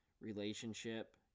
relationship